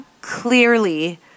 clearly